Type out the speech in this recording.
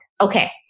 Okay